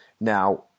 Now